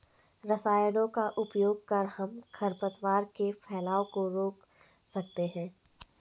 रसायनों का उपयोग कर हम खरपतवार के फैलाव को रोक सकते हैं